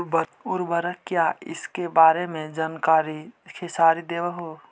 उर्वरक क्या इ सके बारे मे जानकारी खेसारी देबहू?